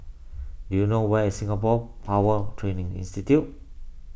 do you know where is Singapore Power Training Institute